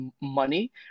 money